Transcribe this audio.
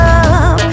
up